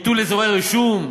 ביטול אזורי רישום?